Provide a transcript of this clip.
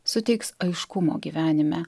suteiks aiškumo gyvenime